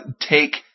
take